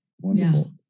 Wonderful